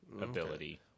ability